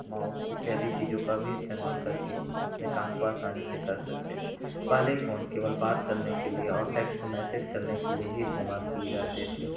mouse इत्यादि चीज़ों का भी इस्तेमाल करके अपने काम को आसानी से कर सकते पहले फ़ोन केवल बात करने के लिए और टेक्स्ट मैसेज़ करने के लिए ही इस्तेमाल किए जाते थे